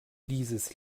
dieses